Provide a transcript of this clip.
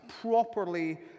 properly